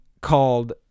called